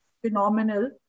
phenomenal